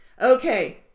okay